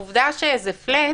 העובדה שזהflat